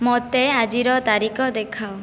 ମୋତେ ଆଜିର ତାରିଖ ଦେଖାଅ